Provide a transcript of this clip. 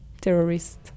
terrorists